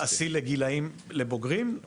השיא לגילאים, לבוגרים?